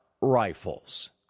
rifles